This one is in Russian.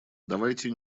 давайте